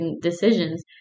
decisions